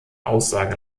aussage